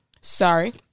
Sorry